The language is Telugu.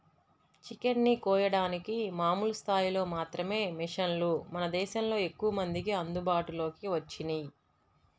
చికెన్ ని కోయడానికి మామూలు స్థాయిలో మాత్రమే మిషన్లు మన దేశంలో ఎక్కువమందికి అందుబాటులోకి వచ్చినియ్యి